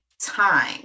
time